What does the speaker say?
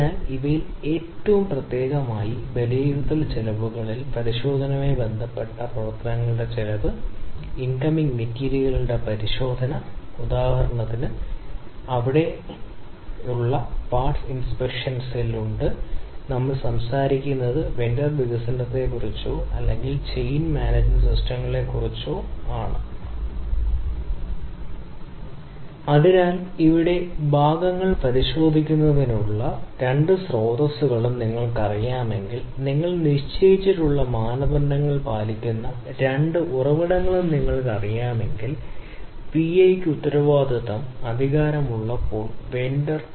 അതിനാൽ ഒരു വശത്ത് നിങ്ങൾ അത് അഭിസംബോധന ചെയ്യണം പ്രശ്നവും മറ്റൊരു വശത്തും നിങ്ങൾ ശബ്ദ ഘടകത്തിന്റെ നിയന്ത്രണം അഭിസംബോധന ചെയ്യണം അതിലൂടെ പ്രകടനം പാലിക്കൽ ഓരോ തവണയും നിങ്ങൾക്ക് അറിയാവുന്ന ഒരു ട്രേഡിന്റെ കുറവാണ് ആ ഘട്ടത്തിൽ ഒരു ഗുണനിലവാരമുള്ള എഞ്ചിനീയർക്ക് ലഭിക്കേണ്ട പാരാമീറ്ററുകൾ ഡിസൈൻ സ്റ്റേജ് തന്നെ നിർദ്ദിഷ്ട ഉൽപ്പന്നം പാലിക്കുന്ന ഒരു നിശ്ചിത നിലവാര നിലവാരം പുലർത്തുന്നതിന്